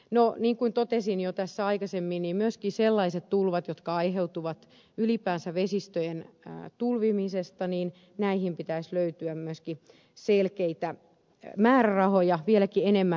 niin kuin totesin jo tässä aikaisemmin niin myöskin sellaisiin tulviin jotka aiheutuvat ylipäänsä vesistöjen tulvimisesta pitäisi löytyä myöskin selkeitä määrärahoja vieläkin enemmän